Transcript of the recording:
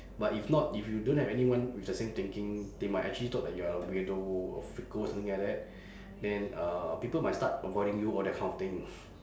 but if not if you don't have anyone with the same thinking they might actually thought that you are a weirdo a freako or something like that then uh people might start avoiding you all that kind of thing